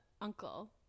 uncle